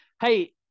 Hey